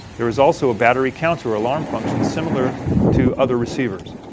there is also a battery counter alarm function similar to other receivers.